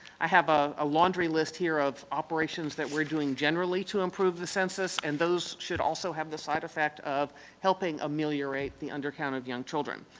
i have a laundry list here of operations that we're doing generally to improve the census, and those should also have the side effect of helping ameliorate undercount of young children.